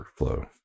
workflow